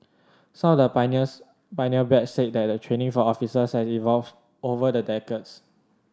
some the pioneers pioneer batch said that the training for officer evolved over the decades